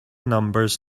numbers